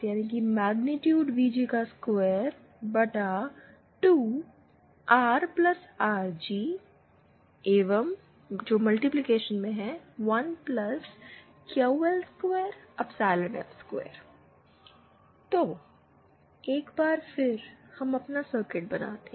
2Re 1ZTVG22RRG 1QL2 f 2 तो एक बार फिर हम अपना सर्किट बनाते हैं